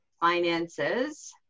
Finances